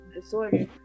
disorder